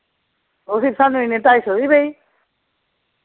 ओह् फिर सानू इ'यां ढाई सौ दी पेई